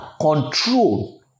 control